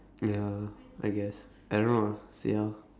ya I guess I don't know ah see how ya